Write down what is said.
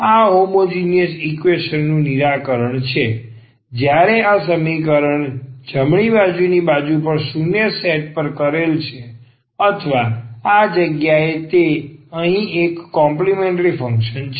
આ હોમોજીનીયસ ઈકવેશનનું નિરાકરણ છે જ્યારે આ જમણી બાજુની બાજુ 0 પર સેટ કરેલ છે અથવા આ જગ્યાએ તે અહીં એક કોમ્પલિમેન્ટ્રી ફંક્શન છે